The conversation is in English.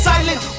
Silent